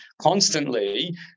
constantly